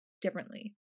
differently